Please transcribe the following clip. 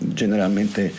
generalmente